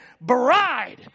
bride